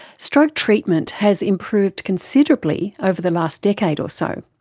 stroke treatment has improved considerably over the last decade or so,